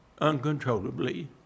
uncontrollably